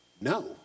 no